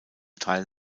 teil